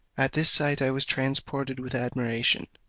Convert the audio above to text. at this sight i was transported with admiration.